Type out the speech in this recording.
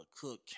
Cook